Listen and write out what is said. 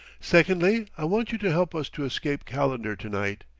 secondly, i want you to help us to escape calendar to-night.